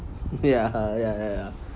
ya ya ya ya